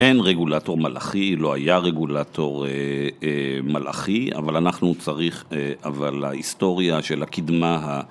אין רגולטור מלאכי, לא היה רגולטור מלאכי, אבל אנחנו.. צריך... אבל ההיסטוריה של הקדמה...